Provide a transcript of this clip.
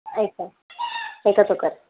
ಐದು ಸಾವಿರ ಬೇಕಾರೆ ತೊಗೊರಿ